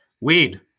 Weed